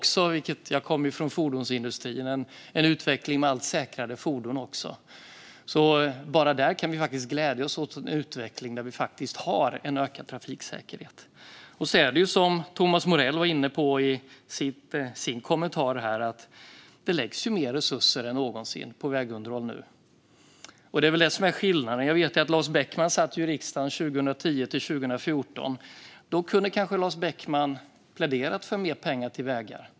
Jag kommer ju från fordonsindustrin, och där ser vi också en utveckling med allt säkrare fordon. Vi kan alltså glädja oss åt en utveckling med en ökad trafiksäkerhet. När det gäller det som Thomas Morell var inne på i sin kommentar, det vill säga att det läggs mer resurser än någonsin på vägunderhåll nu, är det väl det som är skillnaden. Jag vet att Lars Beckman satt i riksdagen 2010-2014. Då kunde han kanske ha pläderat för mer pengar till vägar.